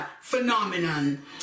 phenomenon